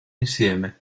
insieme